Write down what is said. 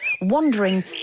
wandering